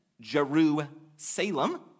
Jerusalem